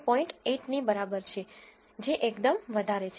8 ની બરાબર છે જે એકદમ વધારે છે